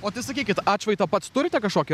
o tai sakykit atšvaitą pats turite kažkokį